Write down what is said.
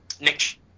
Nick